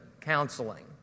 counseling